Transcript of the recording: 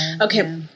Okay